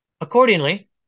Accordingly